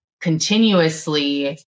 continuously